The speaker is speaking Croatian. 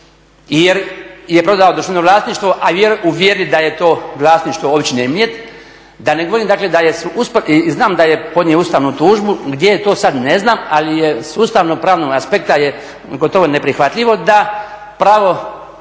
jer je prodao državno vlasništvo a u vjeri da je to vlasništvo općine Mljet. Da ne govorim dakle da je, i znam da je podnio ustavnu tužbu, gdje je to sad ne znam, ali je sustavno pravnog aspekta je gotovo neprihvatljivo da pravo